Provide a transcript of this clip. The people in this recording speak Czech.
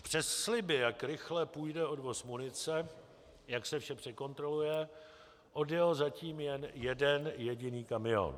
Přes sliby, jak rychle půjde odvoz munice, jak se vše překontroluje, odjel zatím jen jeden jediný kamion.